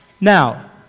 Now